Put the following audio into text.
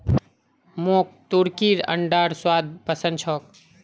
मोक तुर्कीर अंडार स्वाद पसंद छोक